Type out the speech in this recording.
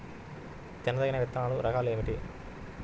తినదగిన విత్తనాల రకాలు ఏమిటి?